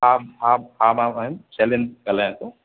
हा हा हा मैम शैलेंद ॻाल्हायां थो